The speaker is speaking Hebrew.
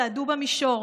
/ צעדו במישור,